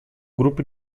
grupo